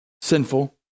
sinful